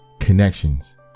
connections